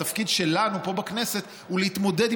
התפקיד שלנו פה בכנסת הוא להתמודד עם